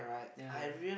yea